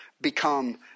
become